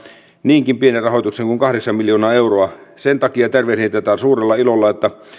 niinkin pienen rahoituksen kuin kahdeksan miljoonaa euroa sen takia tervehdin tätä suurella ilolla että